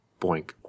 boink